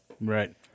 Right